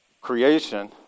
creation